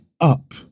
up